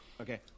Okay